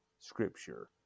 scripture